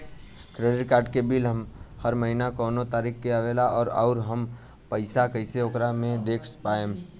Credit card के bill हर महीना कौना तारीक के आवेला और आउर हम कइसे ओकरा के देख पाएम?